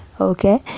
okay